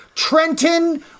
Trenton